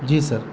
جی سر